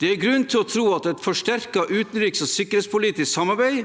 Det er grunn til å tro at et forsterket utenriks- og sikkerhetspolitisk samarbeid